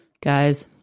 Guys